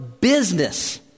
business